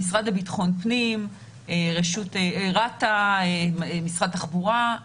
המשרד לביטחון פנים, רת"א, משרד התחבורה.